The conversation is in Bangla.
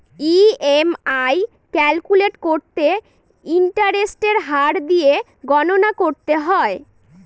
ই.এম.আই ক্যালকুলেট করতে ইন্টারেস্টের হার দিয়ে গণনা করতে হয়